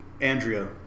Andrea